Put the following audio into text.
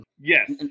Yes